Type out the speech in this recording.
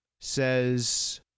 says